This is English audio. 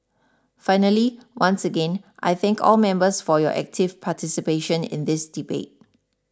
finally once again I thank all members for your active participation in this debate